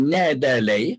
ne idealiai